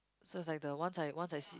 so is like the once I once I see